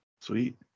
Sweet